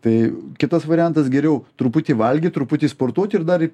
tai kitas variantas geriau truputį valgyt truputį sportuot ir dar